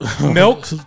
milk